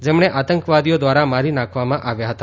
જેમને આતંકવાદીઓ દ્વારા મારી નાખવામાં આવ્યા હતા